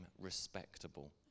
respectable